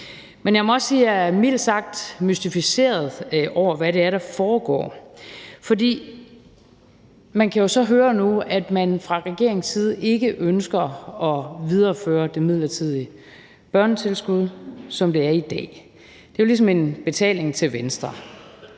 Men jeg må også sige, at jeg mildt sagt er mystificeret over, hvad det er, der foregår, for man kan så høre nu, at man fra regeringens side ikke ønsker at videreføre det midlertidige børnetilskud, som det er i dag. Det er jo ligesom en betaling til Venstre